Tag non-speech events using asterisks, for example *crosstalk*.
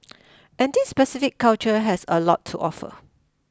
*noise* and this specific culture has a lot to offer